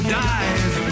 dive